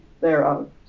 thereof